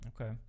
okay